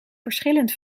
verschillend